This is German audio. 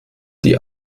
die